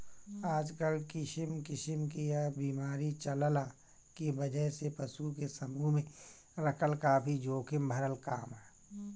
आजकल किसिम किसिम क बीमारी चलला के वजह से पशु के समूह में रखल काफी जोखिम भरल काम ह